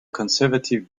conservative